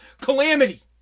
calamity